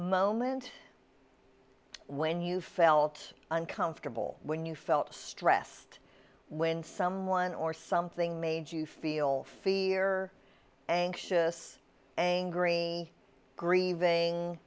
moment when you felt uncomfortable when you felt stressed when someone or something made you feel fear anxious angry grieving